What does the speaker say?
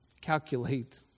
calculate